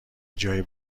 جای